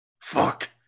Fuck